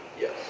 Yes